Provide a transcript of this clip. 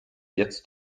jetzt